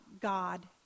God